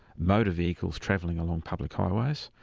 motor vehicles travelling along public highways,